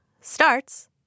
starts